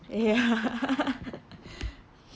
ya